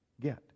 get